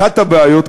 אחת הבעיות,